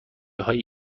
هایی